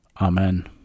Amen